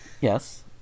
Yes